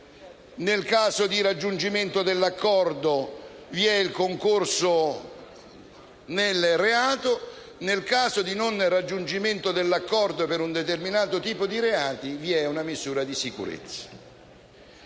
nel caso di raggiungimento dell'accordo, vi è il concorso nel reato; mentre, nel caso di non raggiungimento dell'accordo per un determinato tipo di reati, vi è la misura di sicurezza.